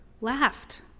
Laughed